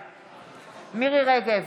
בעד מירי מרים רגב,